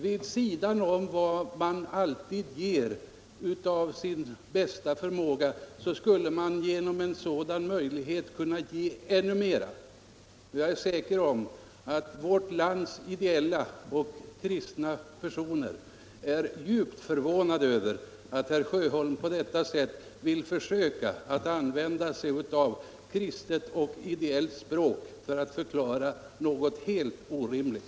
Vid sidan om vad man alltid ger av bästa förmåga skulle man genom en sådan här möjlighet kunna ge ännu mer. Jag är säker på att vårt lands ideella och kristna personer är djupt förvånade över att herr Sjöholm på detta sätt vill försöka använda sig av kristet och ideellt språk för att förklara något helt orimligt.